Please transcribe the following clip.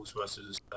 versus